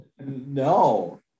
No